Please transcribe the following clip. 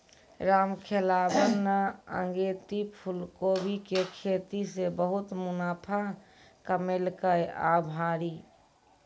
रामखेलावन न अगेती फूलकोबी के खेती सॅ बहुत मुनाफा कमैलकै आभरी